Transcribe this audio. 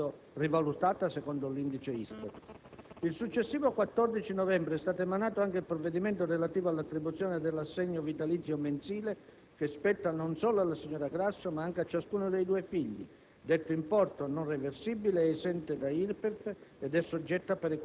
il decreto per la concessione della speciale elargizione in misura massima, rivalutata secondo l'indice ISTAT (circa 220.700 euro). II successivo 14 novembre è stato emanato anche il provvedimento relativo all'attribuzione dell'assegno vitalizio mensile che spetta non solo alla signora Grasso, ma anche a ciascuno dei due figli.